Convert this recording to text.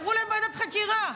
אמרו להן: ועדת חקירה.